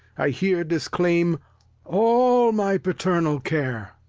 i here disclaim all my paternal care,